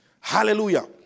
Hallelujah